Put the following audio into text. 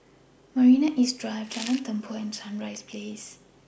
Marina East Drive Jalan Tempua and Sunrise Place